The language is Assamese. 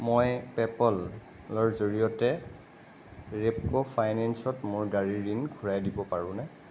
মই পে' পলৰ জৰিয়তে ৰেপ্ক' ফাইনেন্সত মোৰ গাড়ীৰ ঋণ ঘূৰাই দিব পাৰোনে